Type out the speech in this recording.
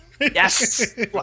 Yes